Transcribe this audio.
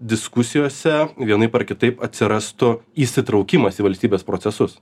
diskusijose vienaip ar kitaip atsirastų įsitraukimas į valstybės procesus